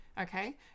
okay